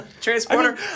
Transporter